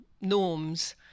norms